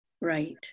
Right